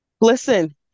Listen